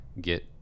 get